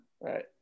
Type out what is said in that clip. right